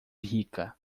rica